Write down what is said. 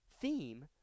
theme